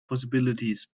possibilities